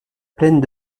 pleine